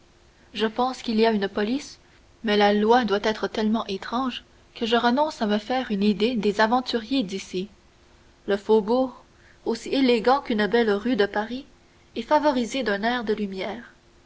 je pense qu'il y a une police mais la loi doit être tellement étrange que je renonce à me faire une idée des aventuriers d'ici le faubourg aussi élégant qu'une belle rue de paris est favorisé d'un air de lumière